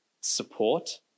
support